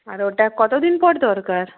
আর ওটা কতদিন পর দরকার